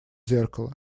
зеркало